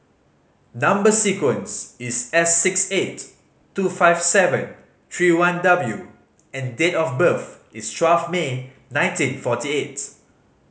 number sequence is S six eight two five seven three one W and date of birth is twelve May nineteen forty eight